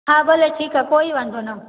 हा भले ठीकु आहे कोई वांधो न